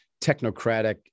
technocratic